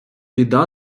біда